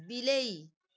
ବିଲେଇ